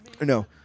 no